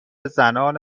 زنان